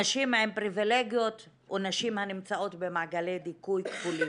נשים עם פריבילגיות ונשים הנמצאות במעגלי דיכוי כפולים,